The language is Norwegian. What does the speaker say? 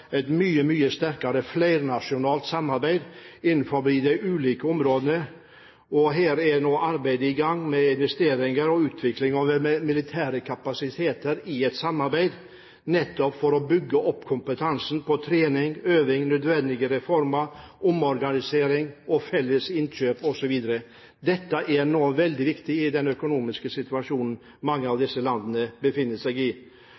et mye sterkere flernasjonalt samarbeid innenfor de ulike områdene. Her er nå arbeidet i gang med investeringer og utvikling av den militære kapasiteten i et samarbeid nettopp for å bygge opp kompetansen på trening, øving, nødvendige reformer, omorganisering, felles innkjøp osv. Dette er veldig viktig i den økonomiske situasjonen mange av disse landene befinner seg i.